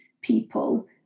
people